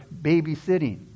babysitting